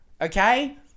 Okay